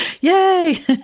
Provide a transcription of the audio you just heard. Yay